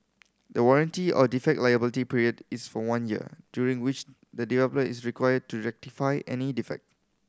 the warranty or defect liability period is for one year during which the developer is required to rectify any defect